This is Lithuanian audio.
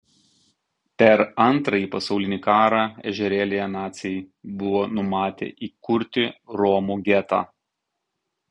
per antrąjį pasaulinį karą ežerėlyje naciai buvo numatę įkurti romų getą